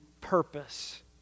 purpose